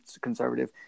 conservative